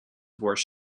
were